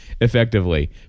effectively